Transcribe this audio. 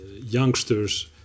youngsters